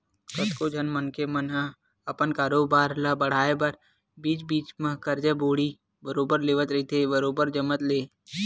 कतको झन मनखे मन ह अपन कारोबार ल बड़हाय बर बीच बीच म करजा बोड़ी बरोबर लेवत रहिथे बरोबर जमत ले